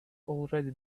already